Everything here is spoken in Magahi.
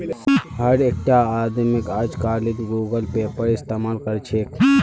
हर एकटा आदमीक अजकालित गूगल पेएर इस्तमाल कर छेक